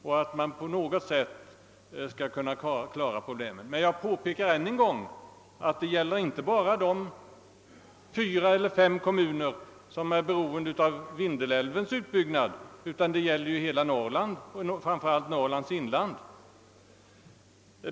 Men jag påpekar än en gång att det inte bara gäller de fyra—fem kommuner som är beroende av Vindelälvens utbyggnad utan att det gäller hela Norrland och framför allt Norrlands inland.